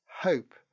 hope